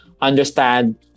understand